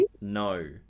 no